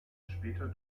später